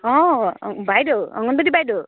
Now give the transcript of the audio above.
অঁ বাইদেউ অংগনবাদী বাইদেউ